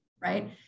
right